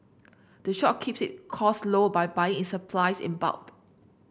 the shop keeps it costs low by buying its supplies in bulk